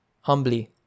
humbly